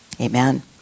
amen